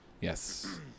Yes